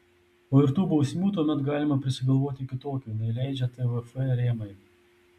o ir tų bausmių tuomet galima prisigalvoti kitokių nei leidžia tvf rėmai